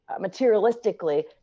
materialistically